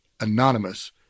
anonymous